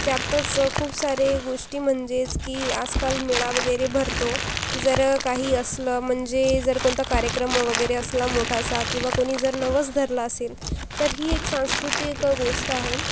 त्यातच खूप सारे गोष्टी म्हणजेच की आजकाल मेळा वगैरे भरतो जर काही असलं म्हणजे जर कोणता कार्यक्रम वगैरे असला मोठासा किंवा कोणी जर नवस धरला असेल तर ही एक सांस्कृतिक गोष्ट आहे